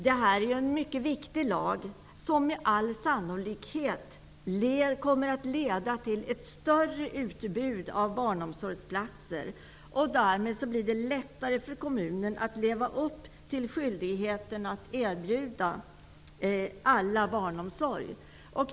Det här är en mycket viktig lag, som med all sannolikhet kommer att leda till ett större utbud av barnomsorgsplatser, och därmed blir det lättare för kommunerna att leva upp till skyldigheten att erbjuda alla barnomsorg.